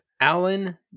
Alan